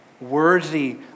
worthy